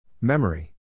Memory